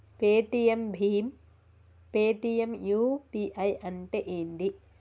Paytm భీమ్ Paytm UPI అంటే ఏంది?